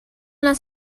las